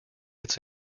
its